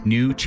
New